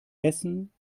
essen